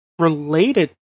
related